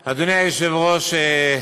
היושב-ראש,